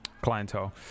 clientele